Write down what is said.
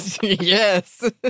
Yes